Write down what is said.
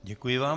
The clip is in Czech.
Děkuji vám.